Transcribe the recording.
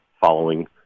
following